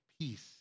peace